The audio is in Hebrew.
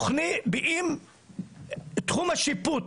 באם תחום השיפוט